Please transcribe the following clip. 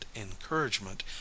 encouragement